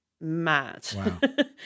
mad